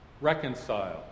Reconcile